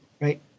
right